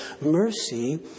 mercy